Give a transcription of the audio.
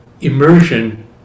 immersion